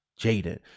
Jaden